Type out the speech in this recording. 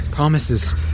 Promises